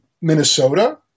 Minnesota